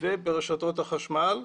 וברשתות החשמל,